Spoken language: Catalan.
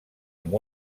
amb